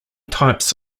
types